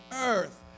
earth